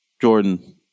Jordan